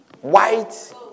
white